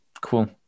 cool